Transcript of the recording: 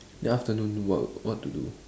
then afternoon what what to do